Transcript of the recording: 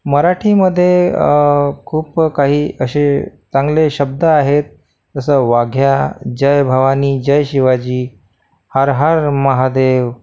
मराठीमध्ये खूप काही असे चांगले शब्द आहेत जसं वाघ्या जय भवानी जय शिवाजी हर हर महादेव